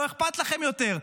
לא אכפת לכם יותר.